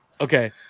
Okay